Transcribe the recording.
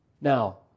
Now